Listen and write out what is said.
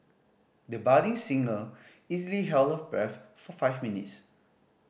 the budding singer easily held her breath for five minutes